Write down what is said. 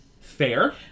Fair